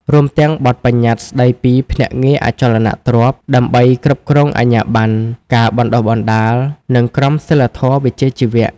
រួមទាំងបទប្បញ្ញត្តិស្តីពីភ្នាក់ងារអចលនទ្រព្យ ដើម្បីគ្រប់គ្រងអាជ្ញាបណ្ណ ការបណ្តុះបណ្តាល និងក្រមសីលធម៌វិជ្ជាជីវៈ។